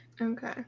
Okay